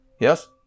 yes